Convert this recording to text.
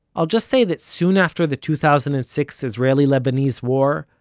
i'll just say that soon after the two thousand and six israeli-lebanese war,